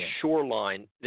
shoreline